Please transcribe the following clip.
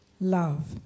Love